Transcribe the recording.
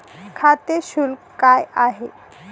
खाते शुल्क काय आहे?